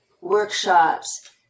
Workshops